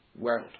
world